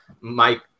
Mike